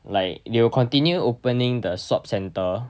like they will continue opening the swab center